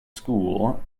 school